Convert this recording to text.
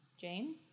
Jane